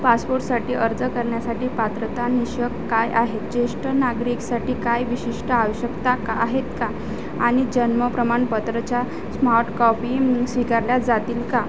पासपोर्टसाठी अर्ज करण्यासाठी पात्रता निकष काय आहेत ज्येष्ठ नागरिकासाठी काय विशिष्ट आवश्यकता का आहेत का आणि जन्म प्रमाणपत्राच्या स्मार्ट कॉपी स्वीकारल्या जातील का